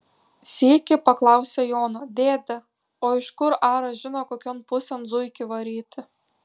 sykį paklausė jono dėde o iš kur aras žino kokion pusėn zuikį varyti